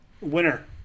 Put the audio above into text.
winner